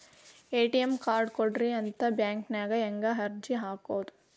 ATM card ಕೊಡ್ರಿ ಅಂತ bank ನ್ಯಾಗ ಅರ್ಜಿ ಹೆಂಗ ಹಾಕೋದು?